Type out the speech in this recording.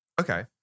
Okay